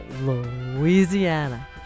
Louisiana